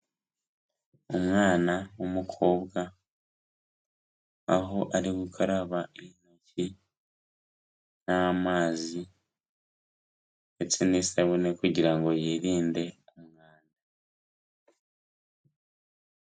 Umwana w'umukobwa aho ari gukaraba intoki n'amazi ndetse n'isabune kugira ngo yirinde umwanda.